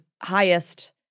highest